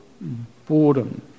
boredom